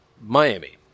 Miami